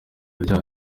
ryayo